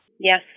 Yes